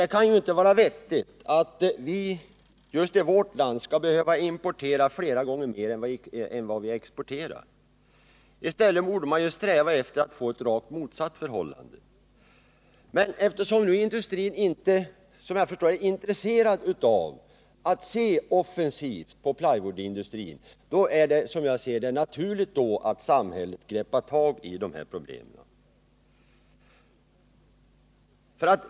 Det kan inte vara vettigt att vi just i vårt land skall behöva importera flera gånger mer än vad vi exporterar. I stället borde vi sträva efter att få ett rakt motsatt förhållande. Eftersom industrin nu, såvitt jag förstår, inte är intresserad av att se offensivt på plywoodtillverkningen är det, som jag ser det, naturligt att samhället greppar tag i problemen.